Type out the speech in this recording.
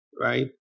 Right